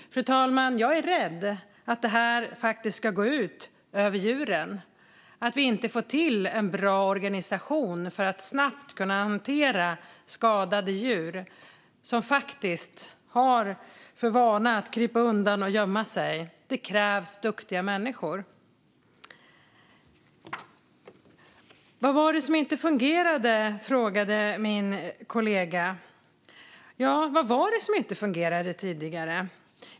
Jag är rädd att det här ska gå ut över djuren, fru talman - att vi inte får till en bra organisation för att snabbt kunna hantera skadade djur, som har för vana att krypa undan och gömma sig. Det krävs duktiga människor. Vad var det som inte fungerade, frågade min kollega. Ja, vad var det som inte fungerade tidigare?